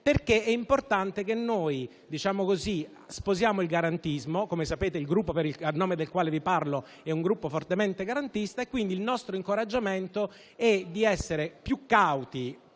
perché è importante che noi sposiamo il garantismo. Come sapete, il Gruppo a nome del quale vi parlo è fortemente garantista, quindi il nostro incoraggiamento è a essere più cauti